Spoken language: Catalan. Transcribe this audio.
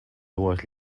dues